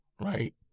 right